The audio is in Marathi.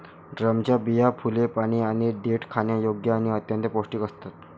ड्रमच्या बिया, फुले, पाने आणि देठ खाण्यायोग्य आणि अत्यंत पौष्टिक असतात